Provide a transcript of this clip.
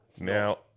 Now